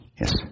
Yes